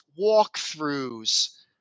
walkthroughs